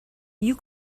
you